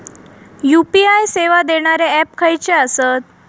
UPI सेवा देणारे app खयचे आसत?